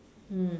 mm